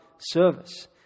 Service